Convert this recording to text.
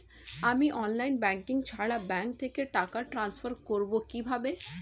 আমি online banking ছাড়া bank থেকে টাকা ট্রান্সফার করবো কিভাবে?